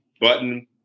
button